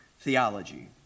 theology